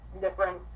different